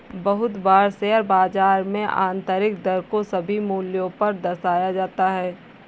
बहुत बार शेयर बाजार में आन्तरिक दर को सभी मूल्यों पर दर्शाया जाता है